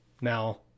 now